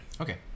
Okay